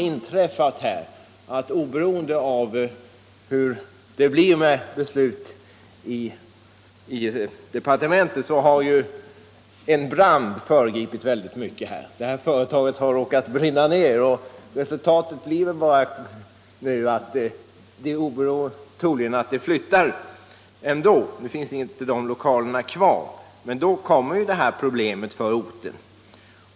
Men hur det nu än blir med beslutet i departementet har det inträffat någonting som har föregripit händelseförloppet. Företaget har nämligen råkat brinna ner, och resultatet blir väl nu att man flyttar under alla förhållanden. Lokalerna finns ju inte längre kvar. Och då uppstår ett problem för orten.